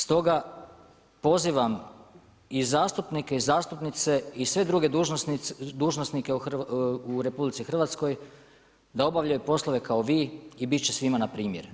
Stoga pozivam i zastupnike i zastupnice i sve druge dužnosnike u RH da obavljaju poslove kao vi i biti će svima na primjer.